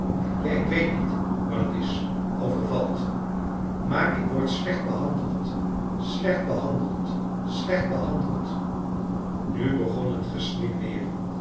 ja ik weet niet wat het is overvalt maar ik word slecht behandeld slecht behandeld slecht behandeld nu begon het gesnik weer